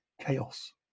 chaos